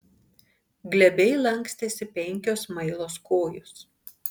glebiai lankstėsi penkios smailos kojos